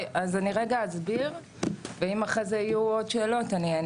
אני אסביר ואם אחר כך יהיו עוד שאלות אני,